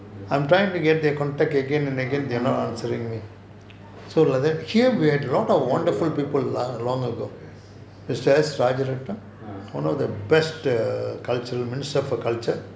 yes ah